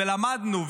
ולמדנו,